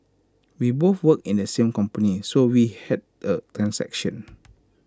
we both work in the same company so we had A transaction